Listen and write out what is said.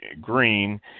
green